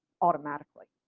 automatically.